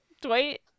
Dwight